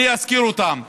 ואני אזכיר אותן: